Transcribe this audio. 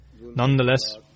Nonetheless